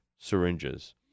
syringes